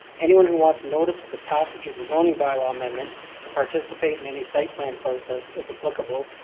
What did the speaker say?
anyone who wants notice of the passage of the zoning bylaw amendment, to participate in any site plan process, if applicable,